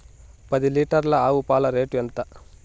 పది లీటర్ల ఆవు పాల రేటు ఎంత?